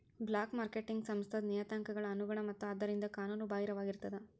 black marketing ಸಂಸ್ಥಾದ್ ನಿಯತಾಂಕಗಳ ಅನುಗುಣ ಮತ್ತ ಆದ್ದರಿಂದ ಕಾನೂನು ಬಾಹಿರವಾಗಿರ್ತದ